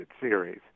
series